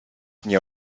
nie